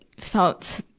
felt